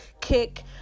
kick